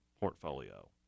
portfolio